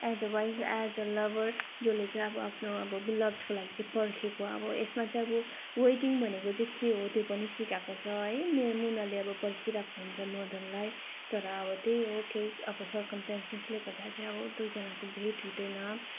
as a wife as a lover जसले चाहिँ अब आफ्नो बिलभ्डको लागि चाहिँ पर्खेको अब यसमा चाहिँ अबो वेटिङ भनेको चाहिँ के हो त्यो पनि सिकाएको छ है मुनाले अब पर्खिरहेको हुन्छ मदनलाई तर अब त्यही हो केही अब सर्कमस्टेन्सेसले गर्दा चाहिँ दुईजनाको भेट हुँदैन